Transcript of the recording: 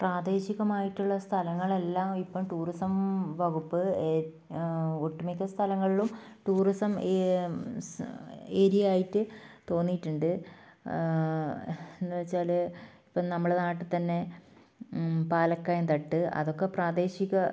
പ്രാദേശികമായിട്ടുള്ള സ്ഥലങ്ങളെല്ലാം ഇപ്പം ടൂറിസം വകുപ്പ് ഒട്ടുമിക്ക സ്ഥലങ്ങളിലും ടൂറിസം ഈ ഏരിയ ആയിട്ട് തോന്നീട്ടുണ്ട് എന്ന് വെച്ചാൽ ഇപ്പം നമ്മളെ നാട്ടിൽത്തന്നെ ഇപ്പം പാലക്കയം തട്ട് അതൊക്കെ പ്രാദേശിക